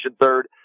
third